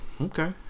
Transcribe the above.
Okay